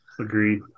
agreed